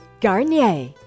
Garnier